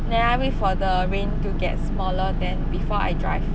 then I wait for the rain to get smaller then before I drive